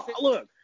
Look